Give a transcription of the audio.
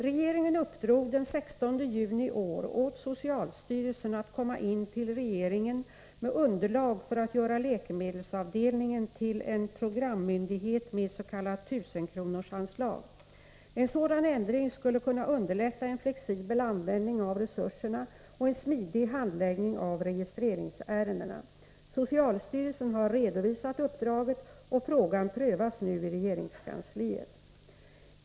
Regeringen uppdrog den 16 juni i år åt socialstyrelsen att komma in till regeringen med underlag för att göra läkemedelsavdelningen till en programmyndighet meds.k. 1 000 kr.-anslag. En sådan ändring skulle kunna underlätta en flexibel användning av resurserna och en smidig handläggning av registreringsärendena. Socialstyrelsen har redovisat uppdraget, och frågan prövas nu i regeringskansliet.